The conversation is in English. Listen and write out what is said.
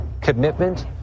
commitment